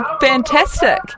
fantastic